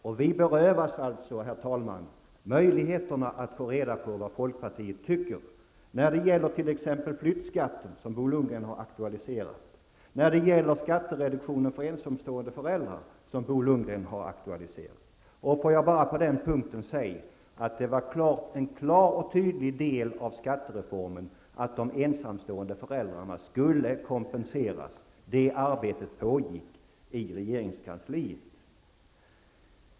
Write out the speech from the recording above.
Och vi berövas alltså, herr talman, möjligheten att få reda på vad folkpartiet tycker när det gäller t.ex. flyttskatten, som Bo Lundgren har aktualiserat, och när det gäller skattereduktionen för ensamstående föräldrar, som Bo Lundgren har aktualiserat. Och på den punkten vill jag säga att en klar och tydlig del av skattereformen innebar att de ensamstående föräldrarna skulle kompenseras. Det arbetet pågick i regeringskansliet.